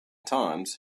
times